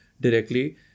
directly